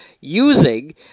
using